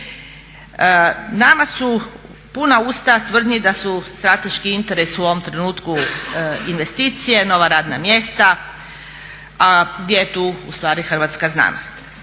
Nama su puna usta tvrdnji da su strateški interes u ovom trenutku investicije, nova radna mjesta a gdje je tu ustvari hrvatska znanost.